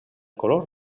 color